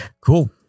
Cool